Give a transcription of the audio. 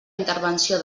intervenció